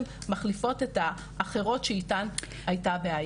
מחליפות את האחרות שאיתן הייתה הבעיה.